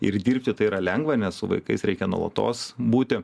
ir dirbti tai yra lengva nes su vaikais reikia nuolatos būti